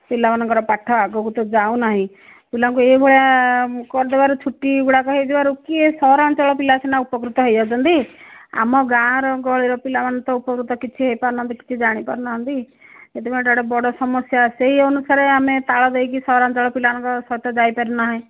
ପିଲାମାନଙ୍କର ପାଠ ଆଗକୁ ତ ଯାଉ ନାହିଁ ପିଲାଙ୍କୁ ଏଇଭଳିଆ କରିଦେବାରୁ ଛୁଟି ଗୁଡ଼ାକ ହେଇଯିବାରୁ କିଏ ସହରାଞ୍ଚଳ ପିଲା ସିନା ଉପକୃତ ହେଇଯାଉଛନ୍ତି ଆମ ଗାଁର ଗହଳିର ପିଲାମାନେ ତ ଉପକୃତ କିଛି ହେଇପାରୁନାହାଁନ୍ତି କିଛି ଜାଣିପାରୁନାହାଁନ୍ତି ସେଥିପାଇଁ ତ ଏଇଟା ବଡ଼ ସମସ୍ୟା ସେଇ ଅନୁସାରେ ଆମେ ତାଳ ଦେଇକି ସହରାଞ୍ଚଳ ପିଲାଙ୍କ ସହିତ ଯାଇପାରୁ ନାହେଁ